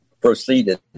proceeded